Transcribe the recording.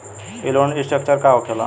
ई loan restructure का होखे ला?